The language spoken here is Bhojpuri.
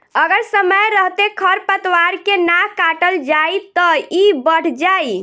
अगर समय रहते खर पातवार के ना काटल जाइ त इ बढ़ जाइ